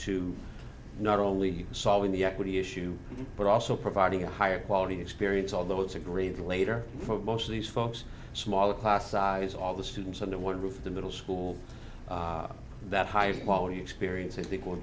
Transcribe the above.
to not only solving the equity issue but also providing a higher quality experience although it's agreed later for most of these folks smaller class size all the students under one roof the middle school that highest quality experience is